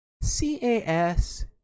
C-A-S